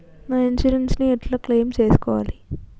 నా ఇన్సూరెన్స్ ని ఎట్ల క్లెయిమ్ చేస్కోవాలి?